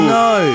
no